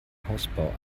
hausbau